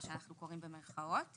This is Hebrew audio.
מה שאנחנו קוראים במירכאות.